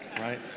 right